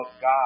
God